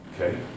okay